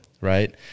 right